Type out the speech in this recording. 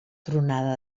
tronada